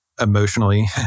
emotionally